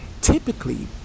typically